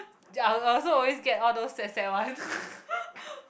I also always get all those sad sad one